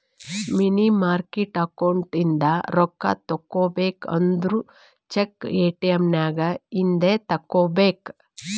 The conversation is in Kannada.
ಮನಿ ಮಾರ್ಕೆಟ್ ಅಕೌಂಟ್ ಇಂದ ರೊಕ್ಕಾ ತಗೋಬೇಕು ಅಂದುರ್ ಚೆಕ್, ಎ.ಟಿ.ಎಮ್ ನಾಗ್ ಇಂದೆ ತೆಕ್ಕೋಬೇಕ್